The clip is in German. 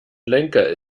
lenker